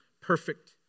perfect